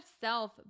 self